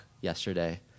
yesterday